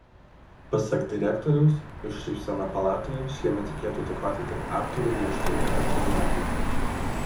pasak direktoriaus už šypseną palatoje šiemet reikėtų dėkoti tik aktorių ryžtui ir entuziazmui